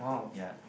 ya